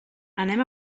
anem